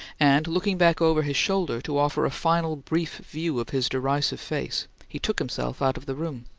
and looking back over his shoulder to offer a final brief view of his derisive face, he took himself out of the room.